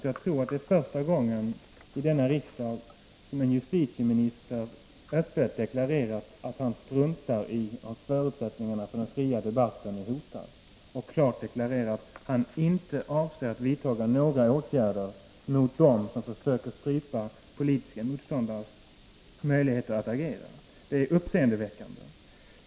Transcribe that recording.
Jag tror att det är första gången som en justitieminister här i riksdagen öppet deklarerat att han struntar i om förutsättningarna för den fria debatten är hotade och klart redovisat att han inte avser att vidta några åtgärder mot dem som försöker strypa politiska motståndares möjligheter att agera. Det är uppseendeväckande.